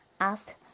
Asked